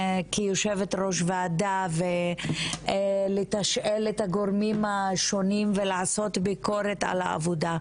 כיושבת ראש ועדה ולתשאל את הגורמים השונים ולעשות ביקורת על העבודה,